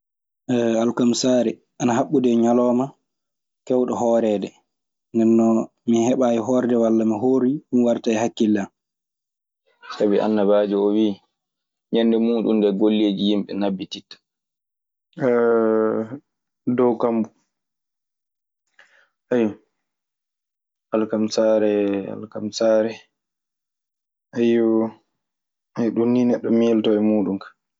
alkamisaare, ana haɓɓodi e ñalawma keewɗo hooreede. Nden non mi heɓaayi hoorde walla mi hoorii. Ɗun warta e hakkille an. Sabi annabaajo oo wii ñende muuɗun ndee golleeji yimɓe nabbititta dow kammo. Alkamisaare, alkamisaare ɗun nii neɗɗo miilotoo e muuɗun ka.